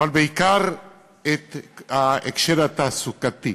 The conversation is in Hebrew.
אבל בעיקר את ההקשר התעסוקתי.